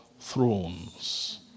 thrones